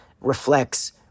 reflects